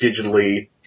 digitally